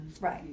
Right